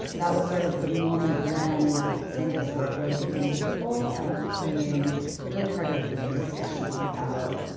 that was sort of the moment when senga's work really became visible and became really part of the discussion about,